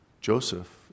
Joseph